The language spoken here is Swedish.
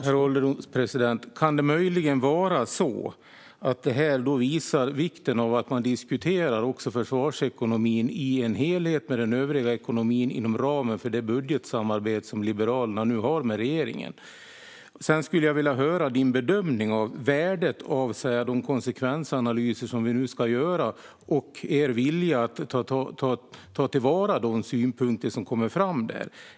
Herr ålderspresident! Kan det möjligen vara så att detta visar vikten av att man diskuterar också försvarsekonomin i en helhet med den övriga ekonomin inom ramen för det budgetsamarbete som Liberalerna nu har med regeringen? Jag skulle också vilja höra Allan Widmans bedömning av värdet av de konsekvensanalyser som vi nu ska göra och Liberalernas vilja att ta vara på de synpunkter som kommer fram där.